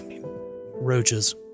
roaches